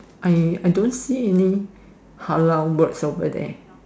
I I don't see say any halal words over there